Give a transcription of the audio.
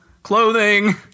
Clothing